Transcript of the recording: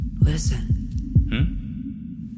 Listen